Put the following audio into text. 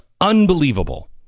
unbelievable